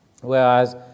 Whereas